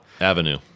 Avenue